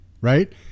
Right